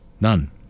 None